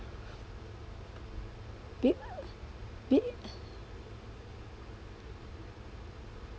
be~ be~